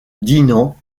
dinant